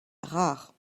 rare